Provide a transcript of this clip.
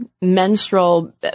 menstrual